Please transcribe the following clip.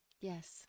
Yes